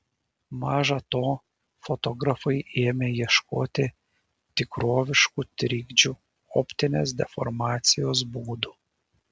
maža to fotografai ėmė ieškoti tikroviškų trikdžių optinės deformacijos būdų